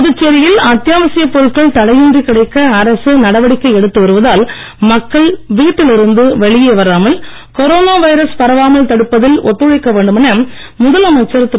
புதுச்சேரியில் அத்தியாவசியப் பொருட்கள் தடையின்றி கிடைக்க அரசு நடவடிக்கை எடுத்து வருவதால் மக்கள் வீட்டில் இருந்து வெளியே வராமல் கொரோனா வைரஸ் பரவாமல் தடுப்பதில் ஒத்துழைக்க வேண்டுமென முதலமைச்சர் திரு